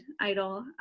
idol